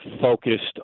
focused